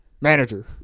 Manager